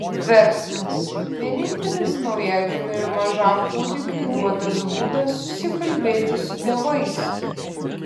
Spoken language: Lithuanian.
verksmas vienintelis naujagimiui ir mažam kūdikiui duotas būdas susikalbėti su tėvais